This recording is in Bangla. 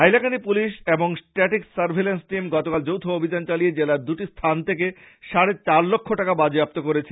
হাইলাকান্দি পুলিশ এবং স্টেটিক সার্ভিলেন্স টিম গতকাল যৌথ অভিযান চালিয়ে জেলার দুটি স্থান থেকে সাড়ে চার লক্ষ টাকা বাজেয়াপ্ত করেছে